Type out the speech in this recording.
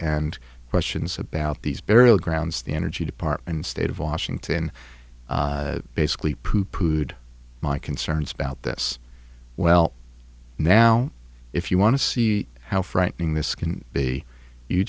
and questions about these burial grounds the energy department state of washington basically poop rude my concerns about this well now if you want to see how frightening this can be you